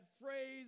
phrase